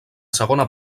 segona